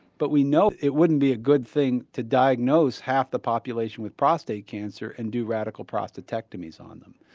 but we know it wouldn't be a good thing to diagnose half the population with prostate cancer and do radical prostatectomies on them.